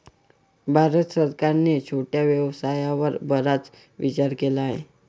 भारत सरकारने छोट्या व्यवसायावर बराच विचार केला आहे